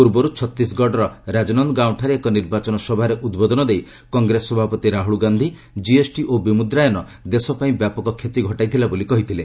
ପୂର୍ବରୁ ଛତିଶଗଡ଼ର ରାଜନନ୍ଦଗାଓଁ ଠାରେ ଏକ ନିର୍ବାଚନ ସଭାରେ ଉଦ୍ବୋଧନ ଦେଇ କଂଗ୍ରେସ ସଭାପତି ରାହୁଳ ଗାନ୍ଧି ଜିଏସ୍ଟି ଓ ବିମୁଦ୍ରାୟନ ଦେଶ ପାଇଁ ବ୍ୟାପକ କ୍ଷତି ଘଟାଇଥିଲା ବୋଲି କହିଥିଲେ